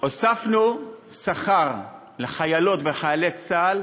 הוספנו שכר לחיילות ולחיילי צה"ל,